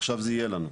ועכשיו זה יהיה לנו,